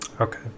Okay